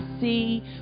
see